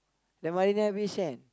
the Marina-Bay-Sand